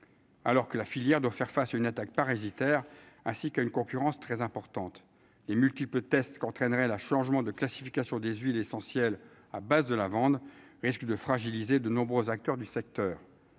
alors que la filière doit faire face à une attaque parasitaire, ainsi qu'à une concurrence très importante et multiples tests qu'entraînerait la changement de classification des huiles essentielles à base de la vendre risque de fragiliser, de nombreux acteurs du secteur,